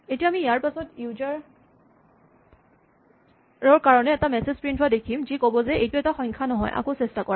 এতিয়া আমি ইয়াৰ পাছতে ইউজাৰ ৰ কাৰণে এটা মেছেজ প্ৰিন্ট হোৱা দেখিম যি ক'ব যে এইটো এটা সংখ্যা নহয় আকৌ চেষ্টা কৰা